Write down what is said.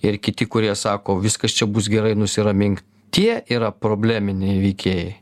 ir kiti kurie sako viskas čia bus gerai nusiramink tie yra probleminiai veikėjai